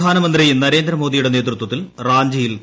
പ്രധാനമന്ത്രി നരേന്ദ്രമോദിയുടെ നേതൃത്വത്തിൽ റാഞ്ചിയിൽ തുടക്കം